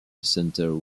center